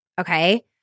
okay